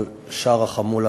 אבל שאר החמולה,